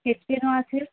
sketch পেনও আছে